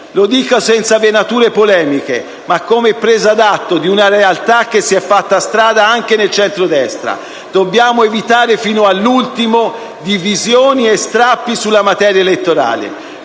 Lo dico senza venature polemiche, ma come presa d'atto di una realtà che si è fatta strada anche nel centrodestra: dobbiamo evitare fino all'ultimo strappi e divisioni sulla materia elettorale.